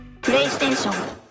PlayStation